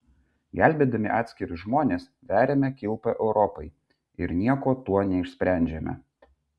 gelbėdami atskirus žmones veriame kilpą europai ir nieko tuo neišsprendžiame